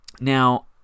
Now